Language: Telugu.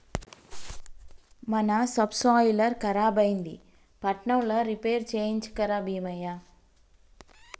మన సబ్సోయిలర్ ఖరాబైంది పట్నంల రిపేర్ చేయించుక రా బీమయ్య